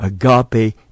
agape